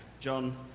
John